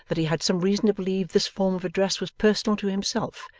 that he had some reason to believe this form of address was personal to himself,